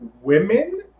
women